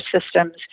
systems